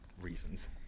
reasons